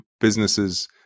businesses